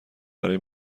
برای